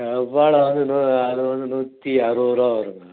செவ்வாழை வந்து அது வந்து நூற்றி அறுபது ரூபா வருங்க